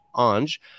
Ange